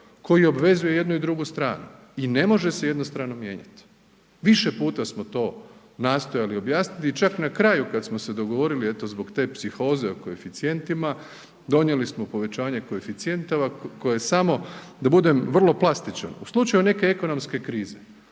koji obvezuje i jednu i drugu stranu i ne može se jednostrano mijenjati, više puta smo to nastojali objasniti i čak na kraju kad smo se dogovorili eto zbog te psihoze o koeficijentima, donijeli smo povećanje koeficijentova koje samo, da budem vrlo plastičan, u slučaju neke ekonomske krize